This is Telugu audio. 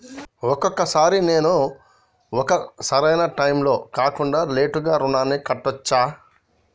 ఒక్కొక సారి నేను ఒక సరైనా టైంలో కాకుండా లేటుగా రుణాన్ని కట్టచ్చా?